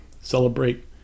celebrate